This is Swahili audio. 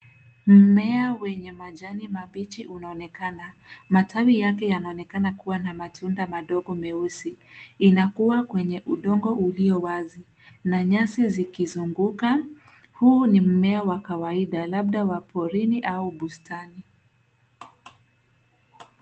Mmea wenye majani mabichi unaonekana. Matawi yake yanaonekana kuwa na matunda madogo meusi. Inakua kwenye udongo ulio wazi na nyasi zikuzunguka. Huu ni mmea wa kawaida labda wa porini au bustani.